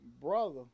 brother